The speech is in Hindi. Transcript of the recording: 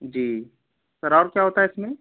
जी सर और क्या होता है इसमें